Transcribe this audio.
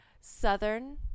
Southern